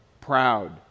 proud